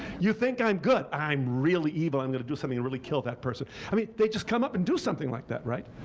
you think i'm good. i'm really evil. i'm going to do something to really kill that person. i mean, they just come up and do something like that, right?